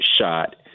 shot